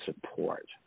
support